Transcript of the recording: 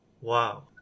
Wow